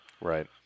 Right